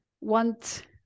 want